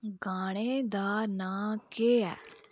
गाने दा नांऽ केह् ऐ